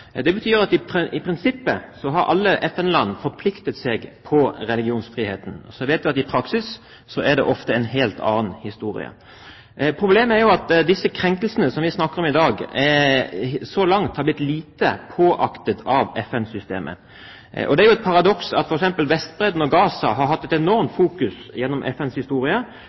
Det betyr at alle FN-land i prinsippet har forpliktet seg til religionsfrihet. Så vet vi at det i praksis ofte er en helt annen historie. Problemet er jo at de krenkelsene vi snakker om i dag, så langt har blitt lite påaktet av FN-systemet. Det er jo et paradoks at f.eks. Vestbredden og Gaza har hatt en enorm fokusering gjennom FNs historie